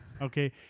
Okay